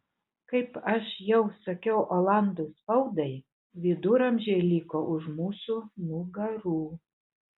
kaip aš jau sakiau olandų spaudai viduramžiai liko už mūsų nugarų